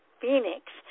Phoenix